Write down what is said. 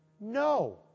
no